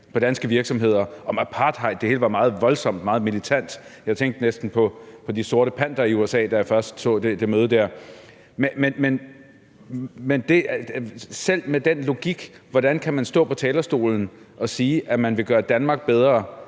på danske virksomheder og om apartheid. Det hele var meget voldsomt og meget militant. Jeg tænkte næsten på De Sorte Pantere i USA, da jeg først så det møde der. Men selv med den logik: Hvordan kan man stå på talerstolen og sige, at man vil gøre Danmark bedre